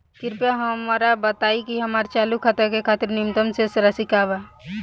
कृपया हमरा बताइ कि हमार चालू खाता के खातिर न्यूनतम शेष राशि का बा